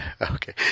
Okay